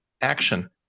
action